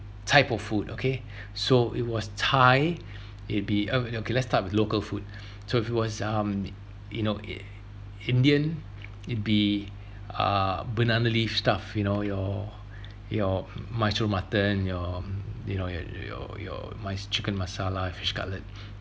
type of food okay so it was thai it'd be oh okay let's start with local food so if it was um you know in~ indian it'd be uh banana leaf stuff you know your your macho mutton your you know your your your minced chicken masala fish cutlet